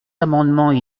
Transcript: amendements